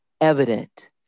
evident